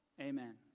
Amen